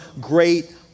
great